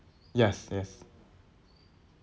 yes yes